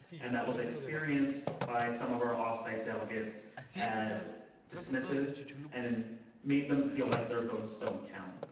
and that was experienced by some of our off-site delegates as dismissive and and made them feel like their votes don't counted